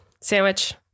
Sandwich